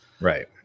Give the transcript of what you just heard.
Right